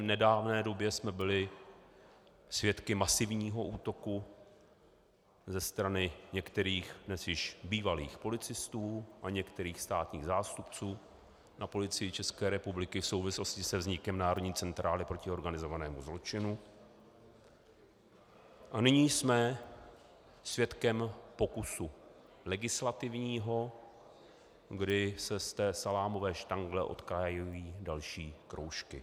V nedávné době jsme byli svědky masivního útoku ze strany některých dnes již bývalých policistů a některých státních zástupců na Policii České republiky v souvislosti se vznikem Národní centrály proti organizovanému zločinu a nyní jsme svědkem pokusu legislativního, kdy se z té salámové štangle odkrajují další kroužky.